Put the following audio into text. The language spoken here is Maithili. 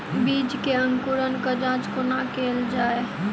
बीज केँ अंकुरण केँ जाँच कोना केल जाइ?